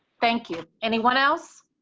thank you, anyone else.